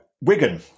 Wigan